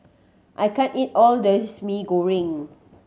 I can't eat all this Mee Goreng